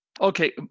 Okay